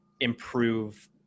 improve